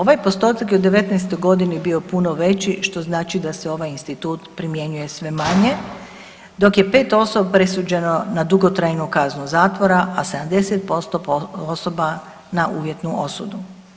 Ovaj postotak je u '19. godini bio puno veći što znači da se ovaj institut primjenjuje sve manje dok je 5 osoba presuđeno na dugotrajnu kaznu zatvora, a 70% osoba na uvjetnu osudu.